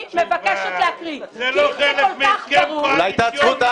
זה לא חלק מהסכם קואליציוני.